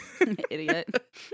idiot